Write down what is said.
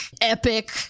epic